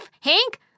Hank